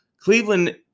Cleveland